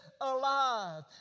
alive